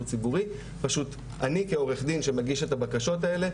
ציבורי - פשוט אני כעו"ד שמגיש את הבקשות האלה,